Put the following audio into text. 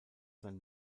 sein